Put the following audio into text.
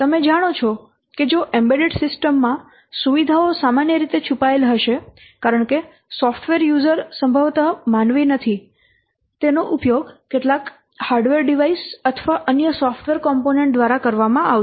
તમે જાણો છો કે જો એમ્બેડેડ સિસ્ટમ માં સુવિધાઓ સામાન્ય રીતે છુપાએલ હશે કારણ કે સોફ્ટવેર યુઝર સંભવત માનવી નથી તેનો ઉપયોગ કેટલાક હાર્ડવેર ડિવાઇસ અથવા અન્ય સોફ્ટવેર કૉમ્પોનેન્ટ દ્વારા કરવામાં આવશે